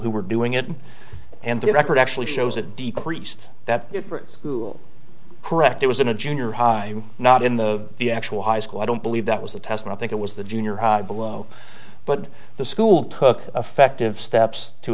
who were doing it and the record actually shows it decreased that school correct it was in a junior high not in the the actual high school i don't believe that was the test i think it was the junior high below but the school took effective steps to